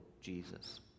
Jesus